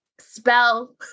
Spell